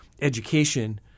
education –